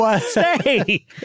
Say